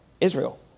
Israel